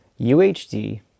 UHD